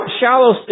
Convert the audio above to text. shallow